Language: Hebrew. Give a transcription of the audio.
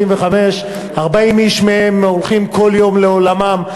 85, 40 איש מהם הולכים כל יום לעולמם.